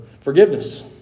forgiveness